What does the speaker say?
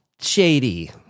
shady